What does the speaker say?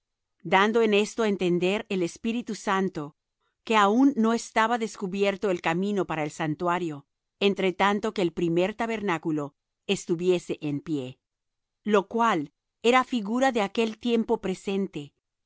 dando en esto á entender el espíritu santo que aun no estaba descubierto el camino para el santuario entre tanto que el primer tabernáculo estuviese en pie lo cual era figura de aquel tiempo presente